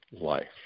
life